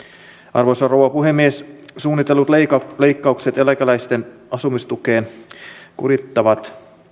arvoisa rouva puhemies suunnitellut leikkaukset eläkeläisten asumistukeen kurittavat